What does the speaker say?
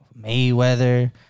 Mayweather